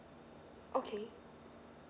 okay